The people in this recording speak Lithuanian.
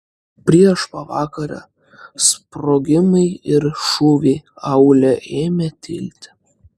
prieš pavakarę sprogimai ir šūviai aūle ėmė tilti